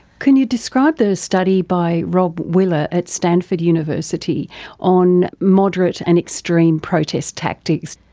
can you describe the study by robb willer at stanford university on moderate and extreme protest tactics?